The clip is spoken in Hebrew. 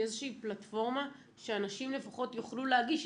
איזושהי פלטפורמה שאנשים לפחות יוכלו להגיש.